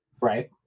Right